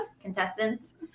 contestants